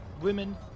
women